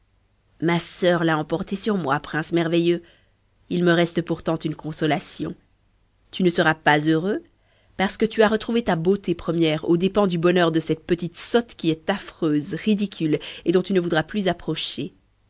ma soeur l'a emporté sur moi prince merveilleux il me reste pourtant une consolation tu ne seras pas heureux parce que tu as retrouvé ta beauté première aux dépens du bonheur de cette petite sotte qui est affreuse ridicule et dont tu ne voudras plus approcher